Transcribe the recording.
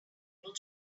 able